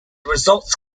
results